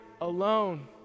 alone